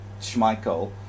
Schmeichel